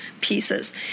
pieces